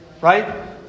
right